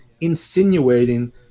insinuating